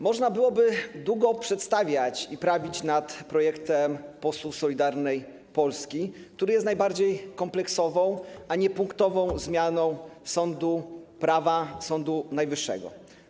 Można byłoby długo przedstawiać i prawić nad projektem posłów Solidarnej Polski, który jest najbardziej kompleksową, a nie punktową zmianą prawa, Sądu Najwyższego.